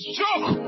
joke